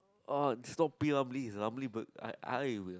orh is not P-Ramlee is ramly bur~ I I will